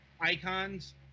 icons